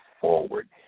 forward